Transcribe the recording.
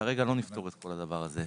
כרגע לא נפתור את כל הדבר הזה,